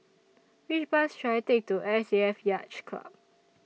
Which Bus should I Take to S A F Yacht Club